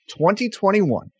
2021